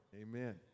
Amen